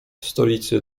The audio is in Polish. stolicy